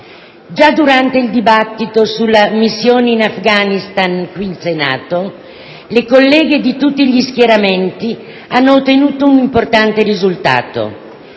Già durante il dibattito sulla missione in Afghanistan qui in Senato, le colleghe di tutti gli schieramenti hanno ottenuto un importante risultato: